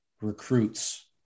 recruits –